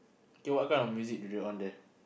K what what kind of music do they on there